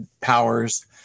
powers